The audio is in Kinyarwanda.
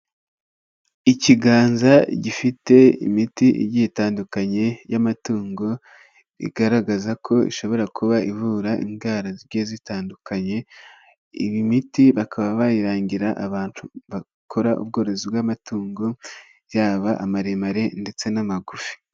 Ikiganza gifite imiti igiye itandukanye y'amatungo igaragaza ko ishobora kuba ivura indwara zigiye zitandukanye, iyi miti bakaba bayirangira abantu bakora ubworozi bw'amatungo yaba amaremare ndetse n'amagufi.